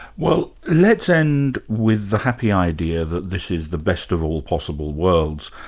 well let's end with the happy idea that this is the best of all possible worlds.